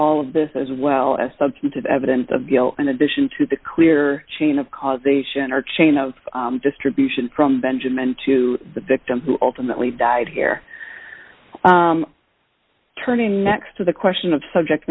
all of this as well as substantive evidence of guilt in addition to the clear chain of causation or chain of distribution from benjamin to the victim who ultimately died here turning next to the question of subject